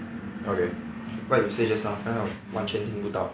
okay what you say just now 刚才我完全听不到